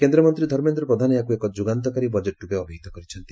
କେନ୍ଦ୍ରମନ୍ତ୍ରୀ ଧର୍ମେନ୍ଦ୍ର ପ୍ରଧାନ ଏହାକୁ ଏକ ଯୁଗାନ୍ତକାରୀ ବଜେଟ୍ ରୂପେ ଅଭିହିତ କରିଛନ୍ତି